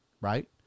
Right